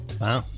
Wow